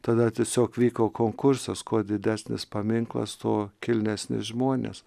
tada tiesiog vyko konkursas kuo didesnis paminklas tuo kilnesni žmonės